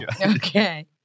Okay